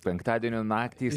penktadienio naktys